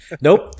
Nope